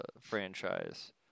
franchise